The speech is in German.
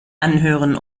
anhören